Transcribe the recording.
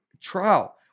trial